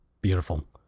Beautiful